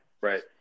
Right